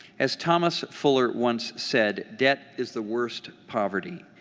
as thomas fuller once said, debt is the worst poverty.